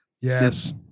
yes